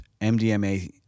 MDMA